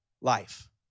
life